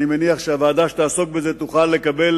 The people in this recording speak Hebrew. אני מניח שהוועדה שתעסוק בזה תוכל לקבל